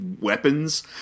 weapons